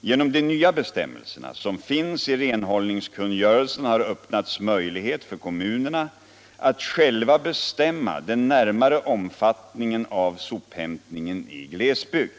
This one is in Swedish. Genom de nya bestämmelserna, som finns i renhållningskungörelsen, har öppnats möjlighet för kommunerna att själva bestämma den närmare omfattningen av sophämtningen i glesbygd.